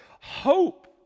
hope